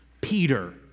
Peter